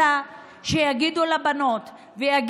או שיורים בהם, או שהם ממשיכים להתרבות.